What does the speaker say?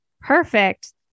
Perfect